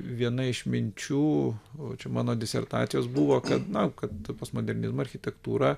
viena iš minčių čia mano disertacijos buvo kad na kad postmodernizmo architektūra